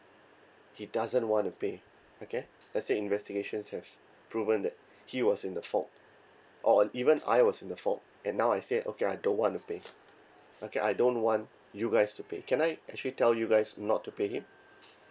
he doesn't want to pay okay let's say investigations have proven that he was in the fault or on even if I was in the fault and now I said okay I don't want to pay okay I don't want you guys to pay can I actually tell you guys not to pay him